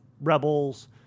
Rebels